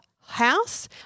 house